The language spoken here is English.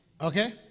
Okay